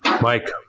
Mike